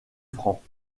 francs